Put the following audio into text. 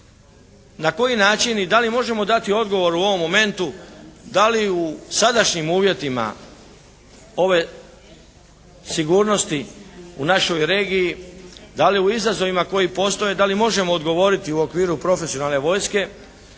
na koji način i da li možemo dati odgovor u ovom momentu, da li u sadašnjim uvjetima ove sigurnosti u našoj regiji, da li u izazovima koji postoje, da li možemo odgovoriti u okviru profesionalne vojske